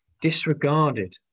disregarded